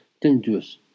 dangerous